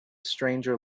stranger